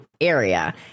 area